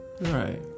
Right